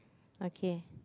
okay